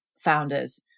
founders